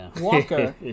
Walker